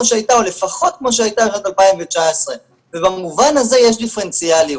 שהייתה או לפחות כמו שהייתה בשנת 2019. במובן הזה יש דיפרנציאליות,